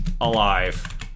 alive